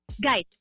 guys